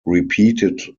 repeated